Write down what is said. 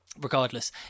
regardless